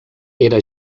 era